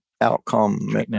outcome